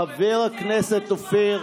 חבר הכנסת אופיר,